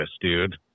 dude